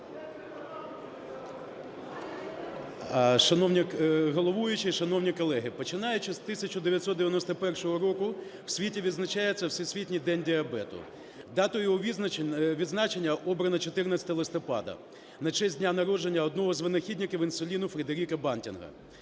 Шановний головуючий, шановні колеги, починаючи з 1991 року в світі відзначається Всесвітній день діабету. Датою його відзначення обрано 14 листопада, на честь дня народження одного з винахідників інсуліну Фредеріка Бантинга.